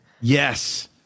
Yes